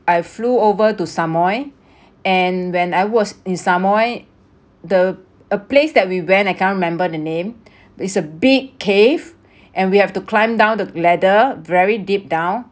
I flew over to samoa and when I was in samoa the a place that we went I cannot remember the name it's a big cave and we have to climb down the ladder very deep down